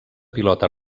pilota